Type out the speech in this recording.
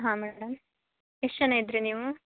ಹಾಂ ಮೇಡಮ್ ಎಷ್ಟು ಜನ ಇದಿರಿ ನೀವು